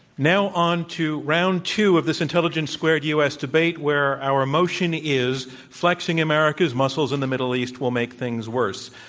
now onto round two of this intelligence squared u. s. debate where our motion is flexing america's muscles in the middle east will make things worse.